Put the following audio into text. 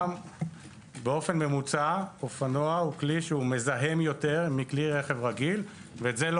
באופן ממוצע אופנוע הוא כלי שמזהם יותר מכלי רכב רגיל וזה לא